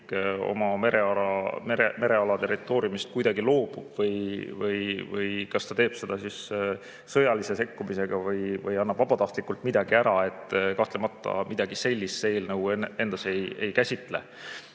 oma mereala territooriumist kuidagi loobub, kas ta teeb seda sõjalise sekkumise peale või annab vabatahtlikult midagi ära – kahtlemata midagi sellist see eelnõu ei